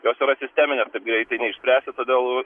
jos yra sisteminės taip greitai neišspręsi todėl